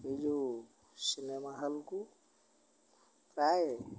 ଏଇ ଯେଉଁ ସିନେମା ହଲ୍କୁ ପ୍ରାୟ